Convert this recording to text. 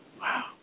Wow